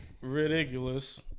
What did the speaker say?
Ridiculous